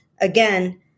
Again